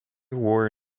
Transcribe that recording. wore